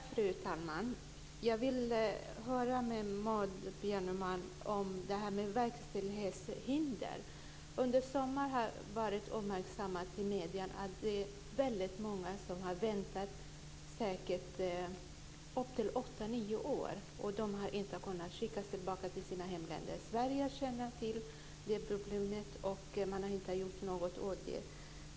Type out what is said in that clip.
Fru talman! Jag vill fråga Maud Björnemalm om detta med verkställighetshinder. Under sommaren har det uppmärksammats i medierna att det är väldigt många som har väntat upp till åtta nio år. De har inte kunnat skickas tillbaka till sina hemländer. Sverige känner till problemet, men man har inte gjort något åt det.